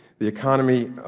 the economy,